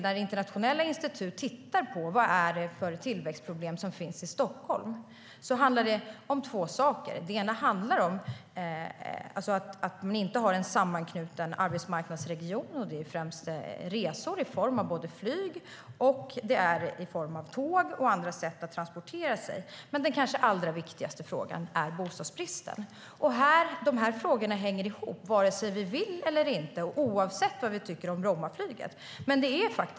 När internationella institut tittar på vad det är för tillväxtproblem som finns i Stockholm handlar det om två saker. Det ena är att man inte har en sammanknuten arbetsmarknadsregion, och det gäller främst resor med flyg, tåg och andra transportsätt. Det andra, och kanske allra viktigaste, är bostadsbristen. De här frågorna hänger ihop, vare sig vi vill eller inte och oavsett vad vi tycker om Brommaflyget.